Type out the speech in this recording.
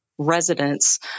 residents